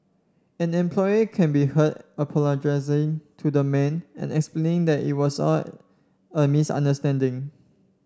employee can be heard apologising to the man and explaining that it was all a misunderstanding